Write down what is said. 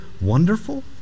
wonderful